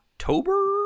October